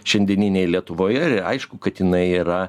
šiandieninėj lietuvoje aišku kad jinai yra